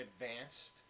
advanced